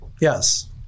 Yes